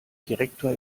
direktor